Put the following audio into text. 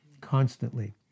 Constantly